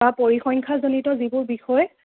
বা পৰিসংখ্যা জনিত যিবোৰ বিষয়